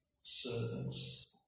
servants